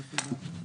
תודה.